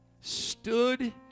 stood